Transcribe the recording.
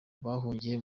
bahungiye